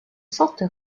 sorte